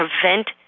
prevent